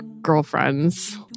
girlfriends